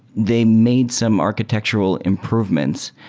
they made some architectural improvements,